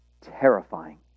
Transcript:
terrifying